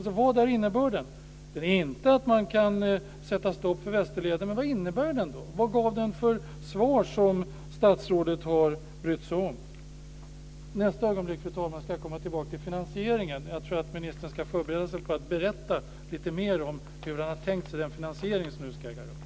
Om den inte innebär att man kan sätta stopp för Västerleden, vilka besked har den gett som statsrådet har brytt sig om? Fru talman! Jag ska i nästa inlägg komma tillbaka till finansieringen. Näringsministern bör förbereda sig på att berätta lite mer om hur han tänkt sig den finansiering som nu ska äga rum.